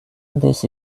this